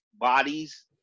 bodies